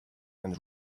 and